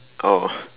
oh